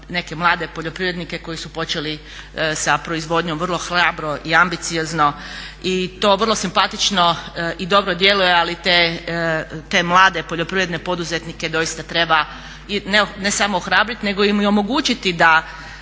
neke mlade poljoprivrednike koji su počeli sa proizvodnjom vrlo hrabro i ambiciozno i to vrlo simpatično i dobro djeluje, ali te mlade poljoprivredne poduzetnike doista treba i ne samo ohrabriti nego im i omogućiti da